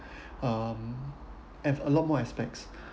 um have a lot more aspects